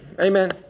amen